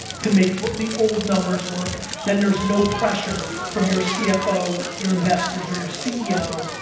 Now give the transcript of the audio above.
to make the old numbers work, then there's no pressure from your cfo, your ambassadors, or your ceo,